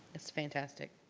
it's fantastic.